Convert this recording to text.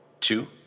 Two